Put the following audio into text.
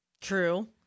True